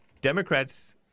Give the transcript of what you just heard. Democrats